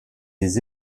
des